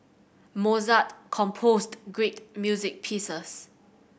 Mozart composed great music pieces